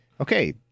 Okay